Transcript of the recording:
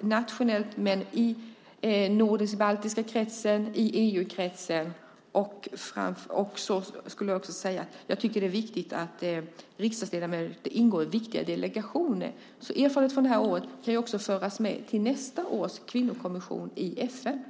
nationellt, i den nordisk-baltiska kretsen och i EU-kretsen. Det är viktigt att riksdagsledamöter ingår i delegationer. Erfarenheter från det här året kan föras med till nästa års kvinnokommission i FN.